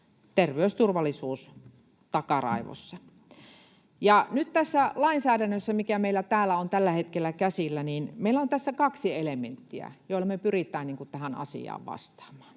terveysturvallisuus takaraivossa. Nyt tässä lainsäädännössä, mikä meillä täällä on tällä hetkellä käsillä, meillä on kaksi elementtiä, joilla me pyritään tähän asiaan vastaamaan.